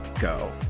go